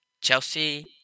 Chelsea